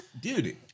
Dude